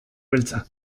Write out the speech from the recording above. beltza